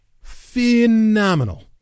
Phenomenal